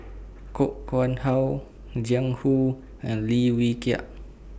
Koh Nguang How Jiang Hu and Lim Wee Kiak